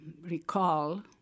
recall